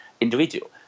individual